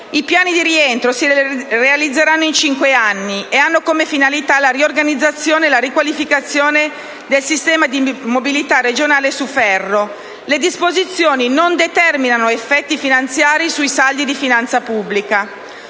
I piani di rientro si realizzeranno in cinque anni e hanno come finalità la riorganizzazione e la riqualificazione del sistema di mobilità regionale su ferro. Le disposizioni non determinano effetti finanziari sui saldi di finanza pubblica.